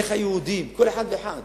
איך היהודים, כל אחד ואחד